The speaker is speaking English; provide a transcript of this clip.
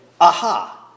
Aha